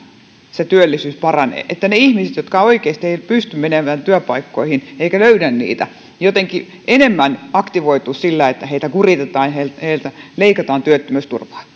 se työllisyys paranee että ne ihmiset jotka oikeasti eivät pysty menemään työpaikkoihin eivätkä löydä niitä jotenkin enemmän aktivoituisivat sillä että heitä kuritetaan ja heiltä heiltä leikataan työttömyysturvaa